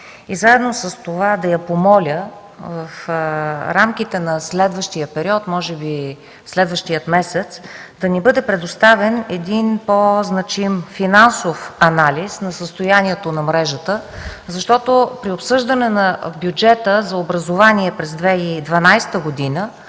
Заедно с това да я помоля в рамките на следващия период, може би през следващия месец да ни бъде предоставен по-значим финансов анализ на състоянието на мрежата, защото при обсъждането на бюджета за образование през 2012 г.